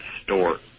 store